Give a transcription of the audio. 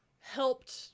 helped